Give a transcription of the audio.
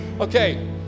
Okay